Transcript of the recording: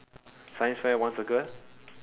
science fair one circle